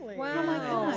wow.